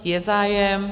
Je zájem.